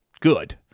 good